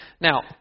Now